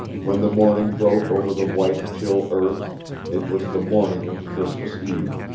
when the morning broke over the white, chill earth it was the morning of christmas eve.